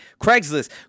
Craigslist